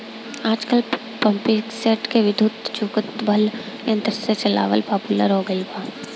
आजकल पम्पींगसेट के विद्युत्चुम्बकत्व यंत्र से चलावल पॉपुलर हो गईल बा